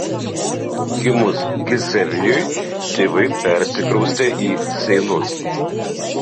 gimus gizevijui tėvai persikraustė į seinus